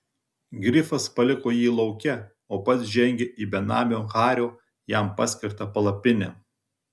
grifas paliko jį lauke o pats žengė į benamio hario jam paskirtą palapinę